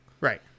Right